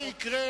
כמובן.